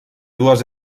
dues